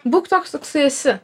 būk toks koksai esi